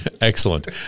Excellent